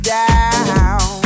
down